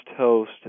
host